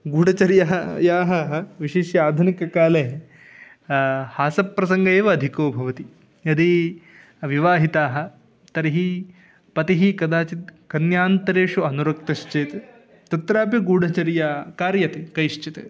गूढचर्यायाः विशिष्य आधुनिककाले हासप्रसङ्गे एव अधिको भवति यदि विवाहिताः तर्हि पतिः कदाचित् कन्यान्तरेषु अनुरक्तश्चेत् तत्रापि गूढचर्या कार्यते कैश्चित्